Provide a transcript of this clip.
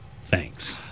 Thanks